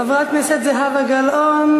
חברת הכנסת זהבה גלאון,